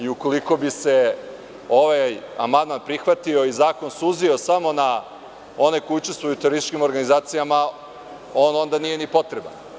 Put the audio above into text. Ukoliko bi se ovaj amandman prihvatio i zakon suzio samo na one koji učestvuju u terorističkim organizacijama, on onda nije ni potreban.